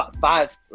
Five